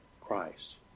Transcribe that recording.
Christ